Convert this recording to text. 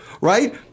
right